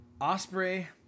Osprey